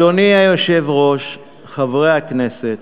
חברי הכנסת,